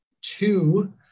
two